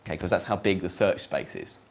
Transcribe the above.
because that's how big the search space is.